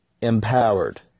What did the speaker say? empowered